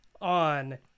on